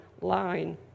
line